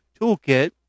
Toolkit